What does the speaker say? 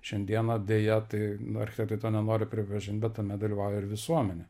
šiandieną deja tai nu architektai to nenori pripažint bet tame dalyvauja ir visuomenė